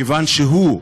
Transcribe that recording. מכיוון שהוא,